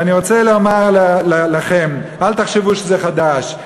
ואני רוצה לומר לכם, אל תחשבו שזה חדש.